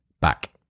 back